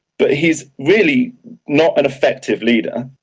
but he is really not an effective leader,